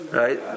right